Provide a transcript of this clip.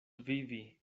vivi